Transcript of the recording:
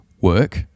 work